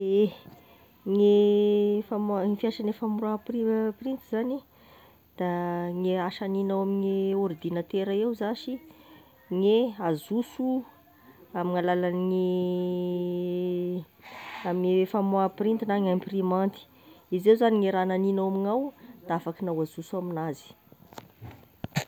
Ehe gne famoaha- fomba fiasagne famoaha prin a- printy zany, da gne asa haninao amin'ny e ordinatera eo zashy gne azoso amign'alalagn'ny ame famoaha printy na gn'imprimanty, izay zany gne raha naninao gn'amignao, da afakinao azoso aminazy.